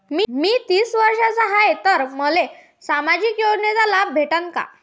मी तीस वर्षाचा हाय तर मले सामाजिक योजनेचा लाभ भेटन का?